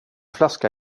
flaska